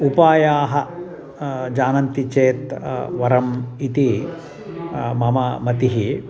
उपायाः जानन्ति चेत् वरम् इति मम मतिः